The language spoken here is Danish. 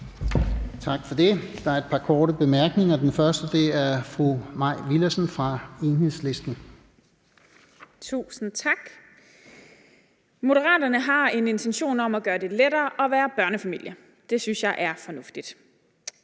Tak for det. Der er et par korte bemærkninger. Først er det fru Mai Villadsen fra Enhedslisten. Kl. 10:38 Mai Villadsen (EL): Tusind tak. Moderaterne har en intention om at gøre det lettere at være børnefamilie. Det synes jeg er fornuftigt.